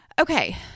okay